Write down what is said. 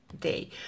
day